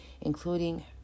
including